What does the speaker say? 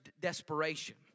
desperation